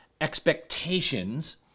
expectations